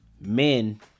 men